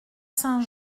saint